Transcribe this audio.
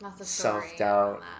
self-doubt